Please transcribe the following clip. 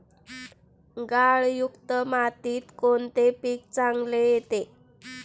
गाळयुक्त मातीत कोणते पीक चांगले येते?